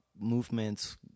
movements